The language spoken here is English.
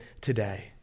today